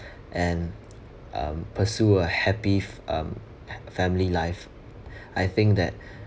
and um pursue a happy um family life I think that